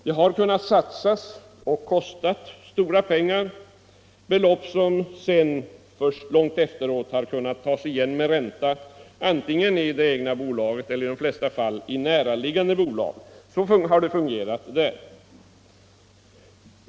Det har kunnat satsa stora belopp och det har fått kosta mycket pengar, som senare kunnat tas igen med ränta, antingen i det egna bolaget eller, som i de flesta fall, i näraliggande bolag. Så har det fungerat på den privata sidan.